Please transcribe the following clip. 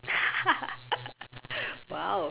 !wow!